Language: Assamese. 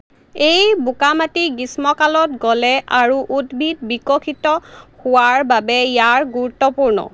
এই বোকামাটি গ্ৰীষ্মকালত গলে আৰু উদ্ভিদ বিকশিত হোৱাৰ বাবে ইয়াৰ গুৰুত্বপূৰ্ণ